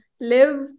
live